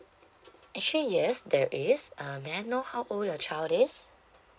actually yes there is uh may I know how old your child is